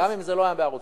גם אם זה לא היה בערוץ-2.